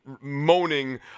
moaning